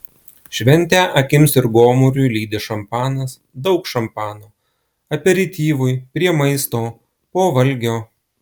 šventę akims ir gomuriui lydi šampanas daug šampano aperityvui prie maisto po valgio